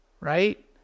right